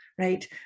right